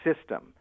system